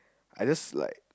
I just like